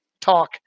talk